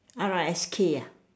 alright S K ah